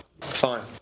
fine